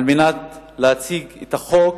על מנת להציג את החוק